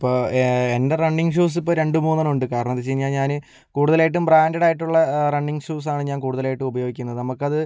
ഇപ്പോൾ എൻ്റെ running shoes ഇപ്പം രണ്ട് മൂന്നണം ഉണ്ട് കാരണന്തെന്ന് വെച്ച് കഴിഞ്ഞാൽ ഞാന് കൂടുതലായിട്ടും ബ്രാൻഡഡ് ആയിട്ടുള്ള റണ്ണിങ് ഷൂസാണ് ഞാൻ കൂടുതലായിട്ടും ഉപയോഗിക്കുന്നത് നമുക്ക് അത്